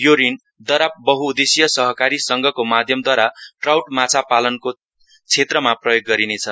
यो ऋण दराप बहुउदेशिय सहकारी संघको माध्यमद्वारा ट्रउट माछा पालनको क्षेत्रमा प्रयोग गरिने छ